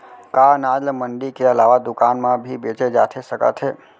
का अनाज ल मंडी के अलावा दुकान म भी बेचे जाथे सकत हे?